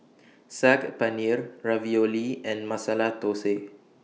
Saag Paneer Ravioli and Masala Dosa